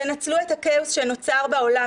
תנצלו את הכאוס שנוצר בעולם,